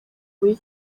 buri